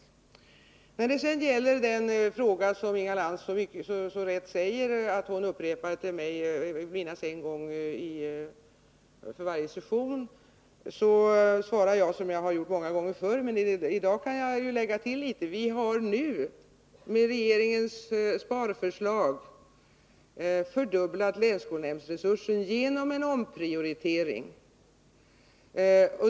Inga Lantz brukar vidare mycket riktigt minst en gång varje session till mig ställa den fråga som hon nu återigen framförde, och jag vill svara på samma sätt som jag gjort många gånger förr — i dag kan jag också lägga till en del ytterligare. Vi har nu i regeringens sparförslag fördubblat länsskolnämndsresursen genom en omprioritering.